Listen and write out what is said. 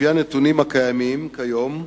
על-פי הנתונים הקיימים כיום,